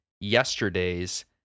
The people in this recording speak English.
Yesterday's